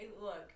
Look